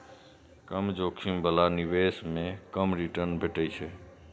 कम जोखिम बला निवेश मे कम रिटर्न भेटै छै